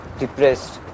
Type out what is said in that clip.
depressed